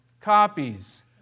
copies